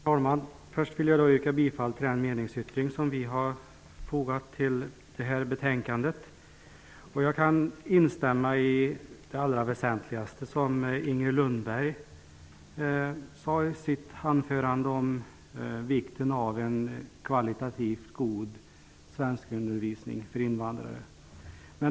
Herr talman! Jag vill först yrka bifall till den meningsyttring som vi har fogat till betänkandet. Jag kan i det allra väsentligaste instämma i det som Inger Lundberg sade i sitt anförande om vikten av en kvalitativt god svenskundervisning för invandrare.